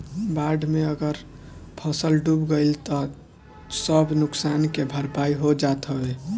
बाढ़ में अगर फसल डूब गइल तअ सब नुकसान के भरपाई हो जात हवे